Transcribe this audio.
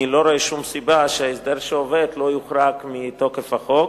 אני לא רואה שום סיבה שההסדר שעובד לא יוחרג מתוקף החוק.